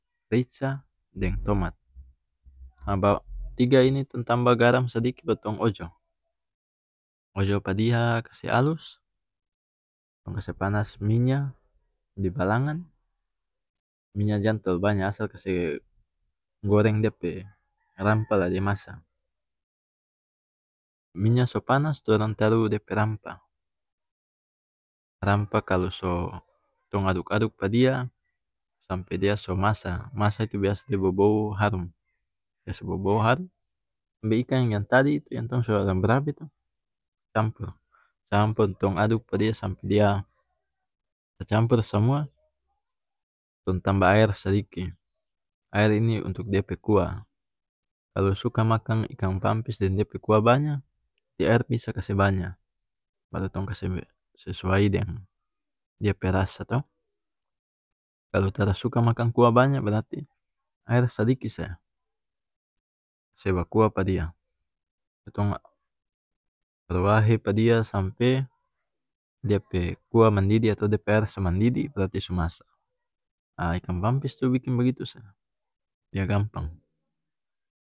rica deng tomat tiga ini tong tambah garam sadiki la tong ojo ojo pa dia kase alus tong kse panas minya di balangan minya jang talu banya asal kase goreng dia rampah la dia masa minya so panas torang taru dia pe rampah rampah kalu so tong aduk aduk pa dia sampe dia so masa masa itu biasa dia bobou harum bobu harum ambe ikang yang tadi tong so rabe rabe tu campur campur tong aduk pa dia sampe dia tacampur samua tong tambah aer sadiki aer ini untuk dia pe kuah kalu suka makang ikang pampis deng dia pe kuah banya aer bisa kase banya baru tong kase sesuai deng dia pe rasa to kalu tara suka makang kuah banya berarti aer sadiki saja se bakuah pa dia itu tong ruwahe pa dia sampe dia pe kuah mandidih atau dia pe aer so mandidih berarti so masa ha ikang pampis tu biking bagitu sa dia gampang.